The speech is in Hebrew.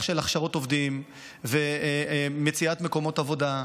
של הכשרות עובדים ומציאת מקומות עבודה.